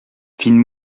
fine